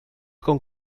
con